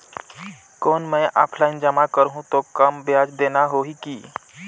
कौन मैं ऑफलाइन जमा करहूं तो कम ब्याज देना होही की?